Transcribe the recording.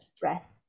breath